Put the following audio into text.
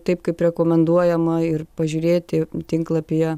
taip kaip rekomenduojama ir pažiūrėti tinklapyje